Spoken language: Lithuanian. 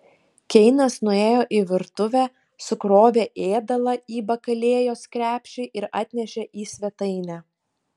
keinas nuėjo į virtuvę sukrovė ėdalą į bakalėjos krepšį ir atnešė į svetainę